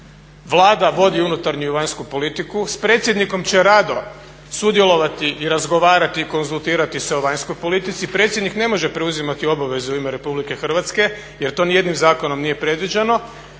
Vlada vodi unutarnju i vanjsku politiku, s predsjednikom će rado sudjelovati i razgovarat i konzultirati se o vanjskoj politici, predsjednik ne možete preuzimati obaveze u ime Republike Hrvatske jer to nijednim zakonom nije predviđeno,